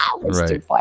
right